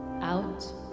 Out